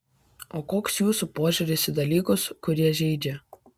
o koks jūsų požiūris į dalykus kurie žeidžia